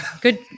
good